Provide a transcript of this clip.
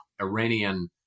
Iranian